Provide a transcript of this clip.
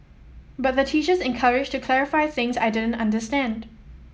but the teachers encouraged to clarify things I didn't understand